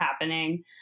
happening